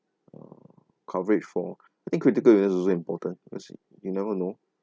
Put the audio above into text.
uh coverage for I think critical illness's also important because you never know